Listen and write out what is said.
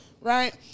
Right